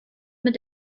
mit